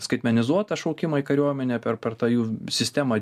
skaitmenizuotą šaukimą į kariuomenę per per tą jų sistemą